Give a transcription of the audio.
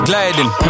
Gliding